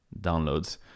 downloads